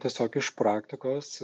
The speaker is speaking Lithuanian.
tiesiog iš praktikos